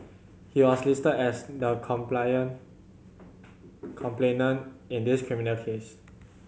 he was listed as the complainant in this criminal case